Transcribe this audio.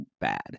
bad